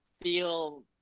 feel